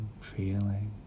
feeling